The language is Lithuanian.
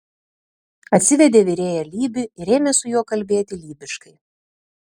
atsivedė virėją lybį ir ėmė su juo kalbėti lybiškai